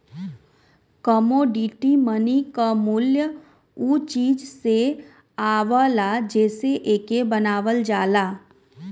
commodity money क मूल्य उ चीज से आवला जेसे एके बनावल जाला